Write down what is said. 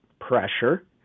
pressure